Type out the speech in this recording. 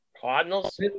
Cardinals